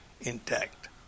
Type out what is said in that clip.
intact